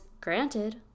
granted